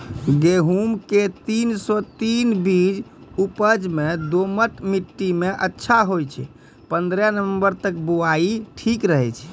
गेहूँम के तीन सौ तीन बीज उपज मे दोमट मिट्टी मे अच्छा होय छै, पन्द्रह नवंबर तक बुआई ठीक रहै छै